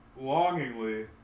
longingly